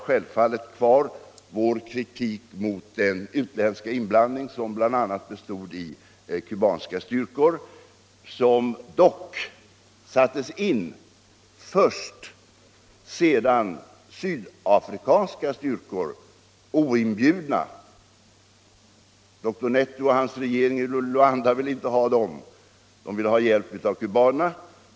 Självfallet kvarstår vår kritik mot den utländska inblandning som bl.a. bestod i kubanska styrkor, som dock sattes in först sedan sydafrikanska styrkor oinbjudna befann sig i landet. Dr Neto och hans regering i Luanda ville inte ha dem där utan ville ha hjälp av kubanerna.